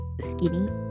skinny